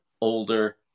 older